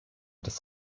des